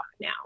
now